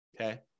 Okay